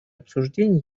обсуждения